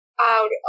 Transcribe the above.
out